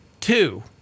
Two